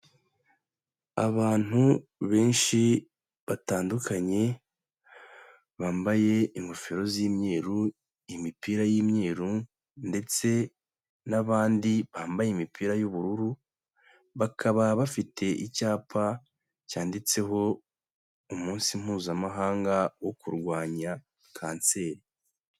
Abantu benshi batandukanye, bambaye ingofero z'imyeru, imipira y'imyeru ndetse n'abandi bambaye imipira y'ubururu, bakaba bafite icyapa cyanditseho umunsi mpuzamahanga wo kurwanya kanseri.